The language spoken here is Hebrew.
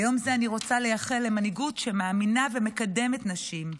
ביום זה אני רוצה לייחל למנהיגות שמאמינה ומקדמת נשים.